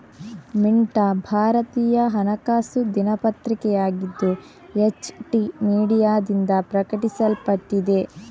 ಮಿಂಟಾ ಭಾರತೀಯ ಹಣಕಾಸು ದಿನಪತ್ರಿಕೆಯಾಗಿದ್ದು, ಎಚ್.ಟಿ ಮೀಡಿಯಾದಿಂದ ಪ್ರಕಟಿಸಲ್ಪಟ್ಟಿದೆ